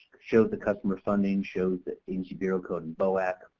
shows the customer funding, shows the agency bureau code in boac